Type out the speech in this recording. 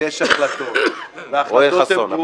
ויש החלטות -- יואל חסון,